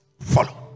Follow